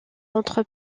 entre